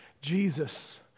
Jesus